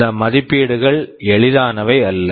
இந்த மதிப்பீடுகள் எளிதானவை அல்ல